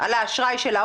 על האשראי שלה,